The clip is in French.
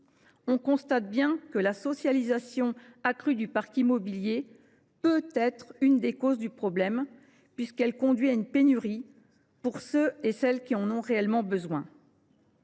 On constate que la socialisation accrue du parc immobilier est peut être l’une des causes du problème, puisqu’elle conduit à une pénurie de logements pour celles et ceux qui en ont réellement besoin.